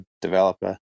developer